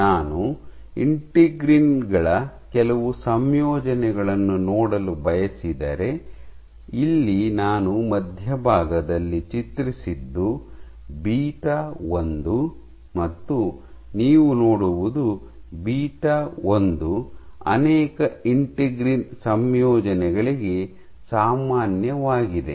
ನಾನು ಇಂಟಿಗ್ರಿನ್ ಗಳ ಕೆಲವು ಸಂಯೋಜನೆಗಳನ್ನು ನೋಡಲು ಬಯಸಿದರೆ ಇಲ್ಲಿ ನಾನು ಮಧ್ಯಭಾಗದಲ್ಲಿ ಚಿತ್ರಿಸಿದ್ದು ಬೀಟಾ 1 ಮತ್ತು ನೀವು ನೋಡುವುದು ಬೀಟಾ 1 ಅನೇಕ ಇಂಟಿಗ್ರಿನ್ ಸಂಯೋಜನೆಗಳಿಗೆ ಸಾಮಾನ್ಯವಾಗಿದೆ